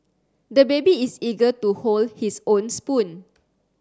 the baby is eager to hold his own spoon